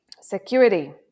security